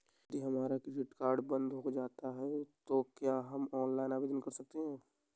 यदि हमारा credit card बंद हो जाता है तो क्या हम ऑनलाइन आवेदन कर सकते हैं?